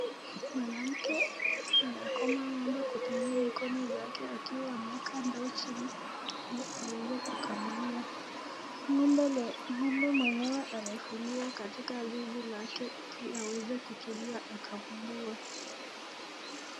Mwanamke anakama ng'ombe kutumia mikono zake akiwa ameweka ndoo chini ili aweze kukamulia, ng'ombe mwenyewe amefungiwa katika zizi lake ili aweze kutulia akamuliwe.